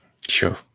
Sure